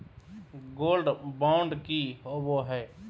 Gold bond की होबो है?